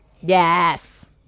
Yes